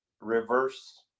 reverse